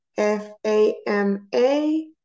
F-A-M-A